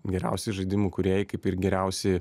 geriausi žaidimų kūrėjai kaip ir geriausi